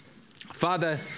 Father